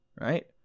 right